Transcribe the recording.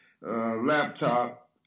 laptop